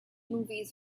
movies